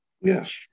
Yes